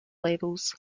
levels